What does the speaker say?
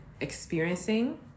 experiencing